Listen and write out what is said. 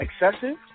excessive